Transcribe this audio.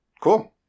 Cool